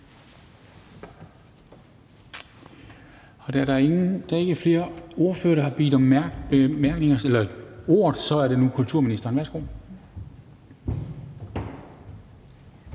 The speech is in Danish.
og da der ikke er flere ordførere, der har bedt om ordet, er det nu kulturministeren. Værsgo.